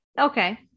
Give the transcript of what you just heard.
okay